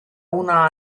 una